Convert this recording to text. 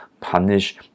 punish